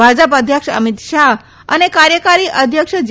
ભાજપ અધ્યક્ષ અમિત શાહ અને કાર્યકારી અધ્યક્ષ જે